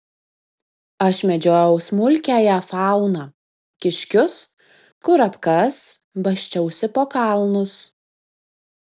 aš medžiojau smulkiąją fauną kiškius kurapkas basčiausi po kalnus